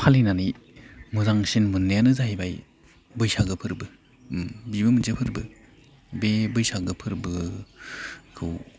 फालिनानै मोजांसिन मोननायानो जाहैबाय बैसागो फोरबो उम बिबो मोनसे फोरबो बे बैसागो फोरबोखौ